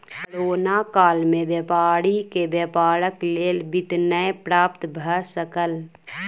corona काल में व्यापारी के व्यापारक लेल वित्त नै प्राप्त भ सकल